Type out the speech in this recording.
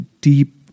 deep